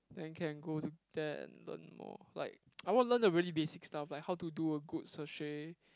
then can go to there and learn more like I want learn the really basic stuff like how to do a good sashay